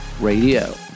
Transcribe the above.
Radio